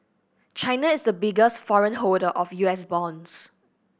China is the biggest foreign holder of U S bonds